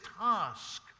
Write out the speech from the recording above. task